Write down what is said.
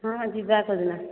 ହଁ ଯିବା କେଉଁଦିନ